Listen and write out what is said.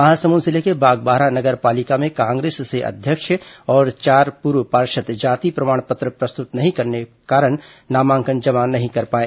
महासमुंद जिले के बागबाहरा नगर पालिका में कांग्रेस से अध्यक्ष और चार पूर्व पार्षद जाति प्रमाण पत्र प्रस्तुत नहीं कर पाने के कारण नामांकन नहीं भर पाए